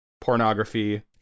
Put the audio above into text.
pornography